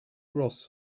ross